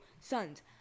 sons